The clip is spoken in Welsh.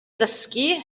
ddysgu